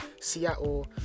Seattle